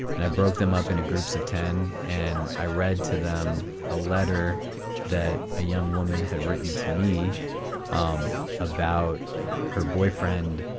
and i broke them up into groups of ten. and i read to them a letter that a young woman had written to me um about her boyfriend,